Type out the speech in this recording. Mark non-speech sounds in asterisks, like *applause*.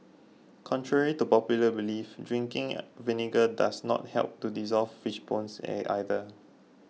contrary to popular belief drinking vinegar does not help to dissolve fish bones *unintelligible* either